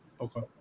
Okay